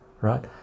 right